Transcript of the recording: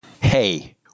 Hey